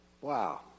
Wow